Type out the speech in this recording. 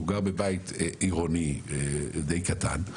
הוא גר בבית עירוני, די קטן.